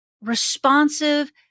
responsive